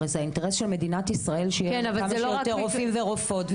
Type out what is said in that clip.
הרי זה אינטרס של מדינת ישראל שיהיו כמה שיותר רופאים ורופאות.